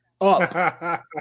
up